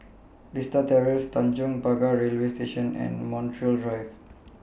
Vista Terrace Tanjong Pagar Railway Station and Montreal Drive